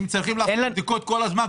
אתם צריכים לעשות בדיקות כל הזמן,